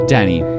Danny